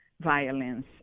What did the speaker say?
violence